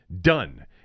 done